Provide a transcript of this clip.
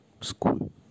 school